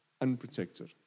unprotected